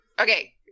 Okay